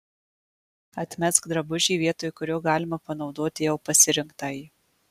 atmesk drabužį vietoj kurio galima panaudoti jau pasirinktąjį